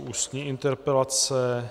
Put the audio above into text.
Ústní interpelace